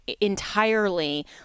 entirely